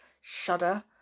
shudder